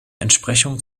entsprechung